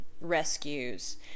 rescues